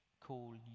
call